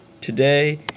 today